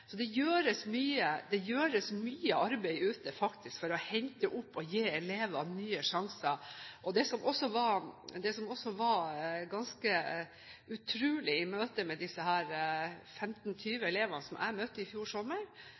det gjøres mye arbeid ute for å hente opp og gi elevene nye sjanser. Det som også var ganske utrolig i møtet med de 15–20 elevene i